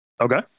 Okay